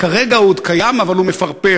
כרגע הוא עוד קיים אבל הוא מפרפר.